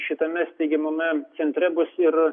šitame steigiamame centre bus ir